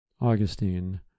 Augustine